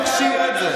חוטא ביד ימין,